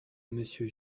monsieur